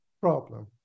problem